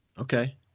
Okay